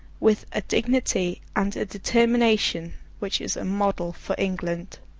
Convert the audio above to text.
with a dignity and a determination which is a model for england.